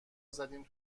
زدیم